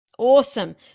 awesome